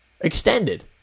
extended